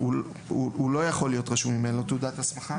הוא לא יכול להיות רשום אם אין לו תעודת הסמכה.